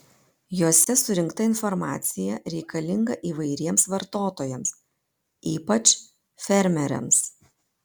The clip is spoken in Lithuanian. jose surinkta informacija reikalinga įvairiems vartotojams ypač fermeriams